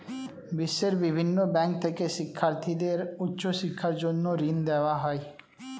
বিশ্বের বিভিন্ন ব্যাংক থেকে শিক্ষার্থীদের উচ্চ শিক্ষার জন্য ঋণ দেওয়া হয়